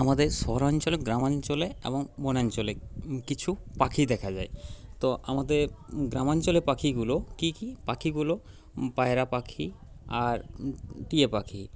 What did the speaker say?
আমাদের শহরাঞ্চলে গ্রামাঞ্চলে এবং বনাঞ্চলে কিছু পাখি দেখা যায় তো আমাদের গ্রামাঞ্চলের পাখিগুলো কী কী পাখিগুলো পায়রা পাখি আর টিয়া পাখি